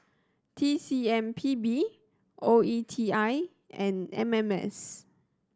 T C M P B O E T I and M M S